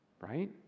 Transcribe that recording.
right